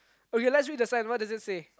okay let's read the sign what does it say